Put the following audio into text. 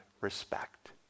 respect